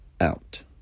out